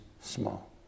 small